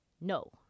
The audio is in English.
no